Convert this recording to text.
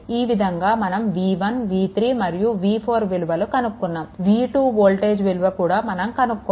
ఈ విధంగా మనం v1 v3 మరియు v4 విలువలు కనుక్కున్నాము v2 వోల్టేజ్ విలువ కూడా మనం కనుక్కోవాలి